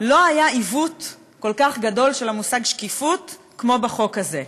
לא היה עיוות כל כך גדול של המושג שקיפות כמו בחוק הזה.